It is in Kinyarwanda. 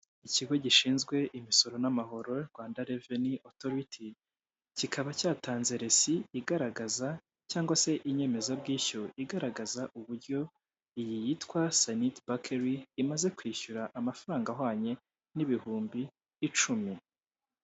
Ikigo gishinzwe imisoro n'amahoro Rwanda reveni otoriti kikaba cyatanze lesi igaragaza cyangwa se inyemezabwishyu igaragaza uburyo iyi titwa saniti bakeri imaze kwishyura amafaranga ahwanye n'ibihumbi icumi.